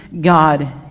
God